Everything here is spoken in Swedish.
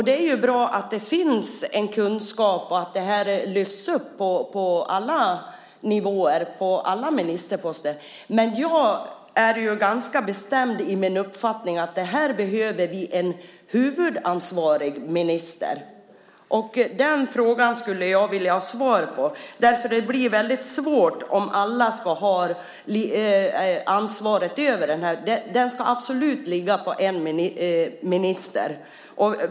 Det är bra att det finns en kunskap och att detta lyfts upp på alla nivåer och till alla ministerposter, men jag är ändå ganska bestämd i min uppfattning att vi här behöver en huvudsansvarig minister. I den frågan skulle jag vilja ha ett svar. Det blir nämligen väldigt svårt om alla ska ha ansvaret. Det ska absolut ligga på en minister.